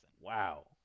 Wow